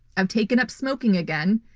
i've taken up smoking again.